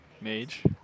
Mage